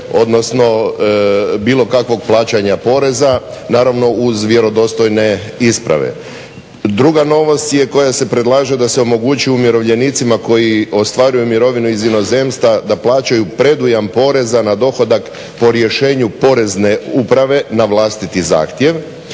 odnosno bilo kakvog plaćanja poreza naravno uz vjerodostojne isprave. Druga novost koja se predlaže da se omogući umirovljenicima koji ostvaruju mirovinu iz inozemstva da plaćaju predujam poreza na dohodak po rješenju Porezne uprave na vlastiti zahtjev.